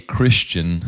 Christian